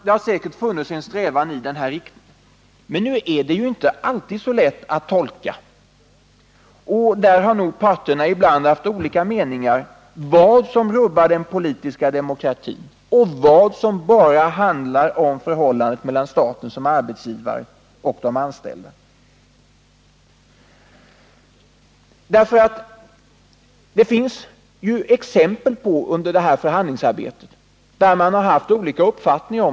Det har säkert funnits en strävan i denna riktning, men nu är det inte alltid så lätt att tolka, och parterna har nog ibland haft olika meningar om vad som rubbar den politiska demokratin och vad som bara handlar om förhållandet mellan staten som arbetsgivare och de anställda. Under det här förhandlingsarbetet har vi ju fått exempel på att man har haft olika uppfattningar.